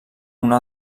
una